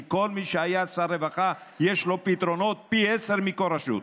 כי כל מי שהיה שר רווחה יש לו פתרונות פי עשרה יותר מכל רשות.